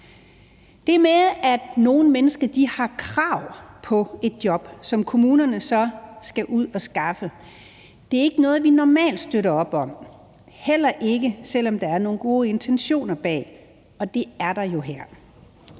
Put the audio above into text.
Det med, at nogle mennesker har krav på et job, som kommunerne så skal ud at skaffe, er ikke noget, vi normalt støtter op om, heller ikke selv om der er nogle gode intentioner bag, og det er der jo her.